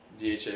DHA